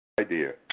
Idea